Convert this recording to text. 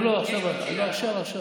לא לא, עכשיו, עכשיו.